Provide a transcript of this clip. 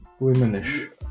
womenish